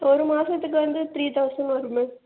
ஒரு மாதத்துக்கு வந்து த்ரீ தௌசண்ட் வரும் மேம்